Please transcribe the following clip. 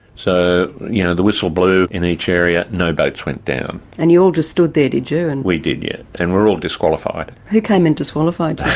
so yeah the whistle blew in each area, no boats went down. and you all just stood there, did you? and we did, yeah. and we were all disqualified. who came and disqualified